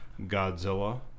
Godzilla